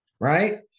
right